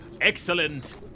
Excellent